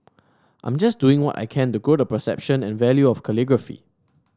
I'm just doing what I can to grow the perception and value of calligraphy